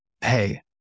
hey